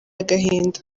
agahinda